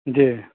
जी